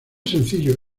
sencillo